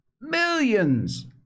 millions